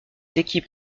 équipes